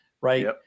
right